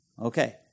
Okay